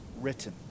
written